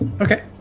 Okay